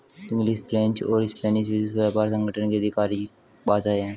English, French और Spanish विश्व व्यापार संगठन की आधिकारिक भाषाएं है